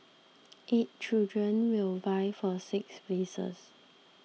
eight children will vie for six places